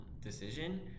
decision